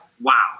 wow